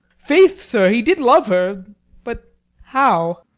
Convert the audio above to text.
faith, sir, he did love her but how?